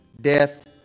death